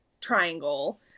triangle